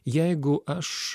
jeigu aš